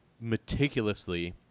meticulously